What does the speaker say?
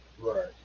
Right